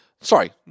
Sorry